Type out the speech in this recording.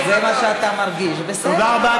זה מה שאתה מרגיש, בסדר.